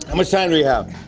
how much time do we have?